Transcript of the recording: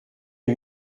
est